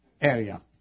area